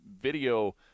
video